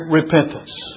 repentance